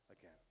again